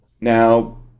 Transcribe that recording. Now